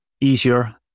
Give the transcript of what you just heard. easier